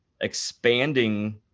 expanding